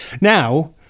Now